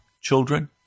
children